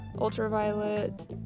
ultraviolet